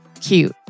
cute